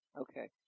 Okay